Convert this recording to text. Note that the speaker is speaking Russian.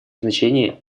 значение